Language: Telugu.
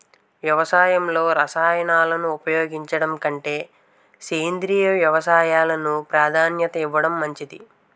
వ్యవసాయంలో రసాయనాలను ఉపయోగించడం కంటే సేంద్రియ వ్యవసాయానికి ప్రాధాన్యత ఇవ్వడం మంచిది